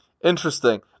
Interesting